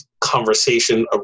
conversation